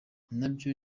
nabyo